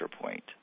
point